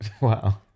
wow